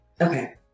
Okay